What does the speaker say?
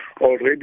already